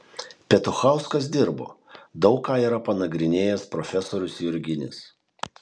petuchauskas dirbo daug ką yra panagrinėjęs profesorius jurginis